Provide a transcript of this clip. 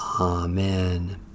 Amen